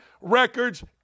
records